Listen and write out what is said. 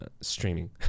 streaming